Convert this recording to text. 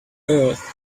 earth